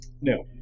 No